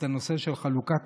את הנושא של חלוקת